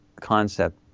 concept